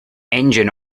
engine